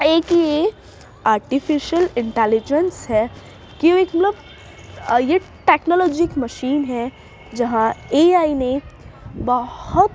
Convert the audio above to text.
ایک یہ artificial intelligence ہے کیوں یہ ٹیکنالوجی مشین ہے جہاں اے آئی نے بہت